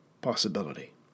possibility